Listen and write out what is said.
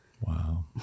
Wow